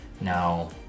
Now